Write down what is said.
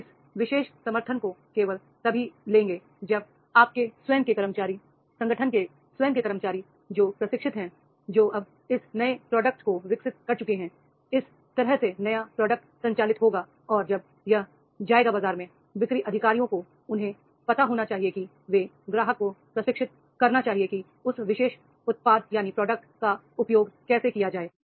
वे इस विशेष समर्थन को केवल तभी लेंगे जब आपके स्वयं के कर्मचारी संगठन के स्वयं के कर्मचारी जो प्रशिक्षित हैं जो अब इस नए उत्पाद को विकसित कर चुके हैं इस तरह से नया उत्पाद संचालित होगा और जब यह जाएगा बाजार में बिक्री अधिकारियों को उन्हें पता होना चाहिए कि वे ग्राहक को प्रशिक्षित करना चाहिए कि उस विशेष उत्पाद का उपयोग कैसे किया जाए